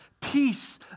peace